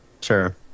Sure